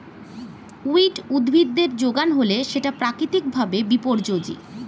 weed উদ্ভিদের যোগান হলে সেটা প্রাকৃতিক ভাবে বিপর্যোজী